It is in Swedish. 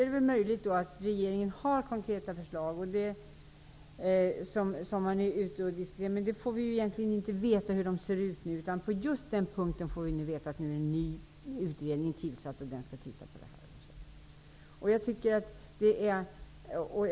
Det är möjligt att regeringen har konkreta förslag, men vi får inte veta hur de ser ut -- vi får bara veta att en ny utredning är tillsatt som skall titta på det här.